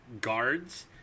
guards